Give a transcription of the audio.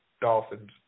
dolphins